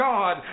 God